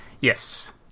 Yes